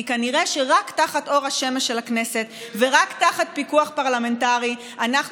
כי כנראה שרק תחת אור השמש של הכנסת ורק תחת פיקוח פרלמנטרי אנחנו